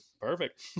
Perfect